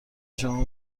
شما